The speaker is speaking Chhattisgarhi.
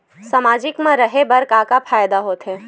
सामाजिक मा रहे बार का फ़ायदा होथे?